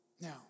Now